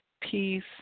peace